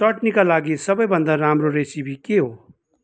चटनीका लागि सबैभन्दा राम्रो रेसिपी के हो